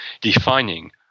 defining